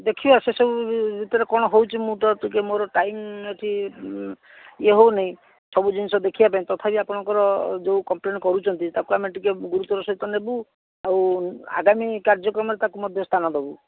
ଦେଖିବା ସେସବୁ ଭିତରେ କ'ଣ ହେଉଛି ମୁଁ ତ ଟିକିଏ ମୋର ଟାଇମ୍ ଏଠି ଇଏ ହଉନାହିଁ ସବୁ ଜିନିଷ ଦେଖିବା ପାଇଁ ତଥାପି ଆପଣଙ୍କର ଯେଉଁ କମ୍ପ୍ଲେନ୍ କରୁଛନ୍ତି ତାକୁ ଆମେ ଟିକିଏ ଗୁରୁତ୍ୱର ସହିତ ନେବୁ ଆଉ ଆଗାମୀ କାର୍ଯ୍ୟକ୍ରମରେ ତାକୁ ମଧ୍ୟ ସ୍ଥାନ ଦେବୁ